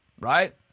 right